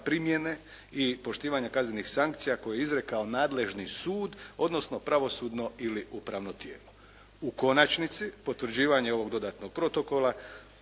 primjene i poštivanja kaznenih sankcija koje je izrekao nadležni sud odnosno pravosudno ili upravno tijelo. U konačnici, potvrđivanje ovog dodatnog protokola